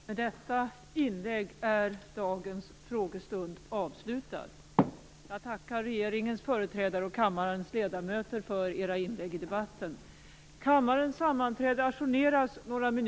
Med detta inlägg är dagens frågestund avslutad. Jag tackar regeringens företrädare och kammarens ledamöter för deras inlägg i debatten.